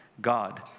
God